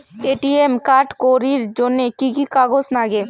ATM card করির জন্যে কি কি কাগজ নাগে?